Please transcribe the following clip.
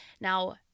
Now